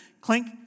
Clink